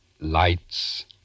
Lights